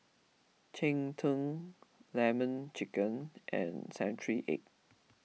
Cheng Tng Lemon Chicken and Century Egg